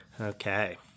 Okay